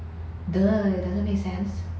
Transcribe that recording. !duh! it doesn't make sense